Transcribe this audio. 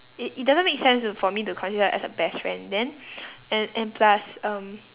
it it doesn't make sense to for me to consider her as a best friend then and and plus um